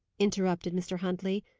interrupted mr. huntley.